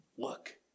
Look